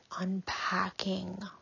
unpacking